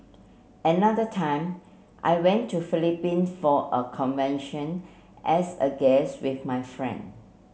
another time I went to Philippine for a convention as a guest with my friend